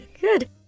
Good